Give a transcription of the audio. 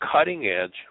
cutting-edge